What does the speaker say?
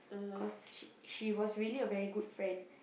cause she she was really a very good friend